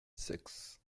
six